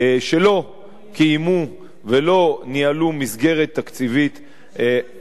קיימו ולא ניהלו מסגרת תקציבית אחראית.